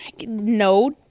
no